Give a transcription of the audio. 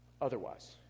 otherwise